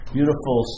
Beautiful